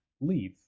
leave